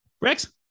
Rex